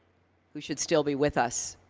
who should still be with us.